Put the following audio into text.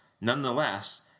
Nonetheless